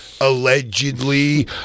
Allegedly